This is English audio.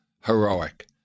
heroic